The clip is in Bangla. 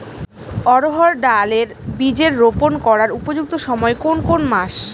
অড়হড় ডাল এর বীজ রোপন করার উপযুক্ত সময় কোন কোন মাস?